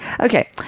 Okay